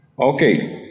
Okay